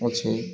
ଅଛି